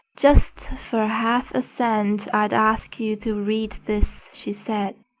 just for half a cent i'd ask you to read this, she said.